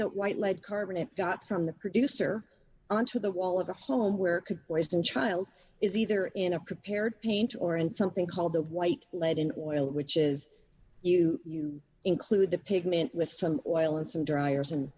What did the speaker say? that white led carbon it got from the producer onto the wall of the home where it could poison child is either in a prepared paint or in something called the white lead in oil which is you you include the pigment with some oil and some dryers and